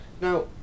now